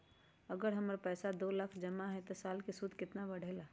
अगर हमर पैसा दो लाख जमा है त साल के सूद केतना बढेला?